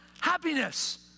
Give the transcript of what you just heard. happiness